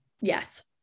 Yes